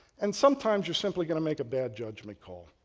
and sometimes, you're simply going to make a bad judgment call.